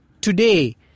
today